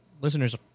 listeners